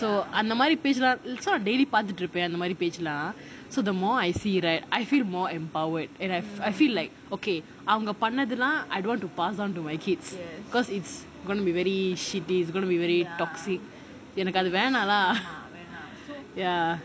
so அந்த மாரி:antha maari page it's not daily பாத்துட்டு இருப்பேன் அந்த மாரி:paathutu iruppaen antha maari page so the more I see right I feel more empowered and I I feel like okay I'm a அவங்க பணத்துலாம்:avanga panathulaam I don't want to pass down to my kids because it's going ot be very shitty going to be very toxic எனக்கு அது வேணாம்:ennaku athu venaam ya